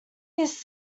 his